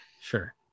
sure